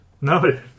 No